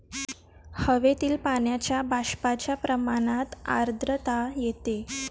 हवेतील पाण्याच्या बाष्पाच्या प्रमाणात आर्द्रता येते